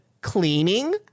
cleaning